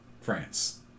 France